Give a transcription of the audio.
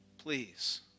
Please